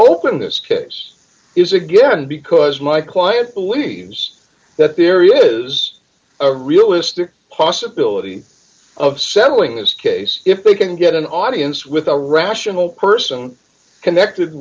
open this case is again because my client believes that there is a realistic possibility of settling this case if they can get an audience with a rational person connected